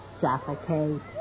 Suffocate